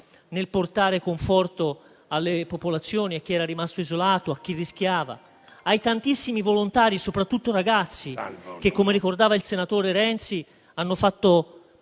nel portare conforto alle popolazioni, a chi era rimasto isolato e a chi rischiava. Un ringraziamento ai tantissimi volontari, soprattutto ragazzi, che - come ricordava il senatore Renzi - hanno fatto